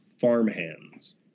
farmhands